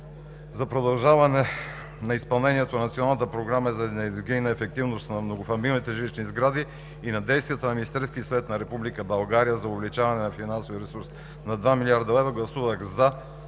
за продължаване на изпълнението на Националната програма за енергийната ефективност на многофамилните жилищни сгради и на действията на Министерския съвет на Република България за увеличаване на финансовия ресурс на 2 млрд. лв. гласувах „за“